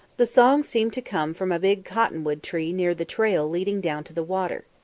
the song seemed to come from a big cotton-wood tree near the trail leading down to the water.